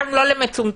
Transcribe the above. גם לא למצומצם?